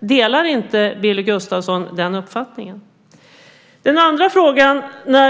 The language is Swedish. Delar inte Billy Gustafsson den uppfattningen?